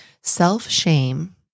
Self-shame